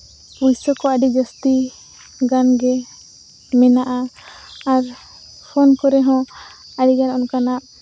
ᱯᱩᱭᱥᱟᱹ ᱠᱚ ᱟᱹᱰᱤ ᱡᱟᱹᱥᱛᱤ ᱜᱟᱱ ᱜᱮ ᱢᱮᱱᱟᱜᱼᱟ ᱟᱨ ᱯᱷᱳᱱ ᱠᱚᱨᱮ ᱦᱚᱸ ᱟᱹᱰᱤ ᱜᱟᱱ ᱚᱱᱠᱟᱱᱟᱜ